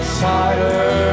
tighter